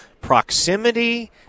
proximity